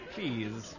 Please